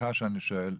סליחה שאני שואל.